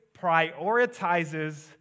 prioritizes